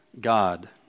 God